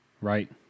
Right